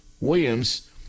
Williams